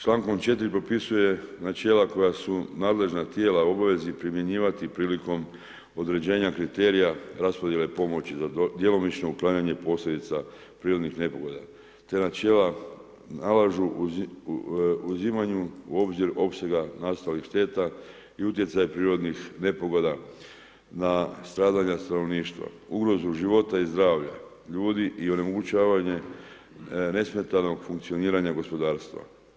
Člankom 4. propisuje načela koja su nadležna tijela u obavezi primjenjivati prilikom određenja kriterija raspodjele pomoći za djelomično uklanjanje posljedica prirodnih nepogoda te načela nalažu uzimanje u obzir opsega nastalih šteta i utjecaj prirodnih nepogoda na stradanja stanovništva, ugrozu života i zdravlja ljudi i onemogućavanje nesmetanog funkcioniranja gospodarstva.